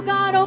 God